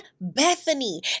Bethany